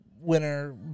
winner